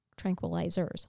tranquilizers